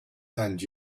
and